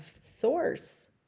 source